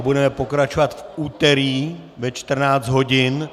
Budeme pokračovat v úterý ve 14 hodin.